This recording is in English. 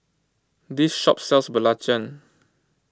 this shop sells Belacan